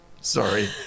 sorry